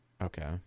Okay